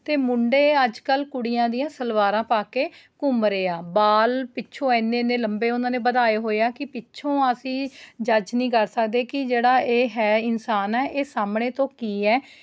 ਅਤੇ ਮੁੰਡੇ ਅੱਜ ਕੱਲ੍ਹ ਕੁੜੀਆਂ ਦੀਆਂ ਸਲਵਾਰਾਂ ਪਾ ਕੇ ਘੁੰਮ ਰਹੇ ਆ ਬਾਲ ਪਿੱਛੋਂ ਇੰਨੇ ਇੰਨੇ ਲੰਬੇ ਉਹਨਾਂ ਨੇ ਵਧਾਏ ਹੋਏ ਆ ਕਿ ਪਿੱਛੋਂ ਅਸੀਂ ਜੱਜ ਨਹੀਂ ਕਰ ਸਕਦੇ ਕਿ ਜਿਹੜਾ ਇਹ ਹੈ ਇਨਸਾਨ ਹੈ ਇਹ ਸਾਹਮਣੇ ਤੋਂ ਕੀ ਹੈ